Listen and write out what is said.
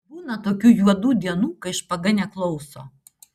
būna tokių juodų dienų kai špaga neklauso